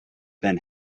been